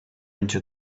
into